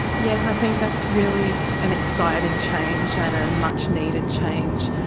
yes, i think that's really an exciting change and a much needed change.